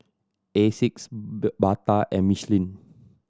Asics Bata and Michelin